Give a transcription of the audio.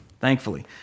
Thankfully